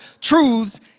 truths